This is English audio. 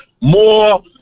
more